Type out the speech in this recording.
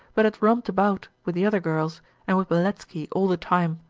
but had romped about with the other girls and with beletski all the time.